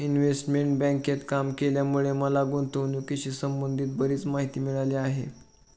investment बँकेत काम केल्यामुळे मला गुंतवणुकीशी संबंधित बरीच माहिती मिळाली आहे